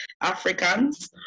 Africans